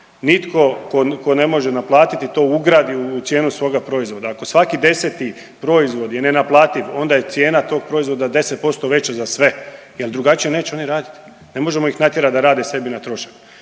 nitko to ne može naplatiti to ugradi u cijenu svoga proizvoda, ako svaki 10 proizvod je nenaplativ onda je cijena tog proizvoda 10% veća za sve jer drugačije neće oni raditi, ne možemo ih natjerati da rade sebi na trošak.